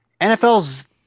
NFL's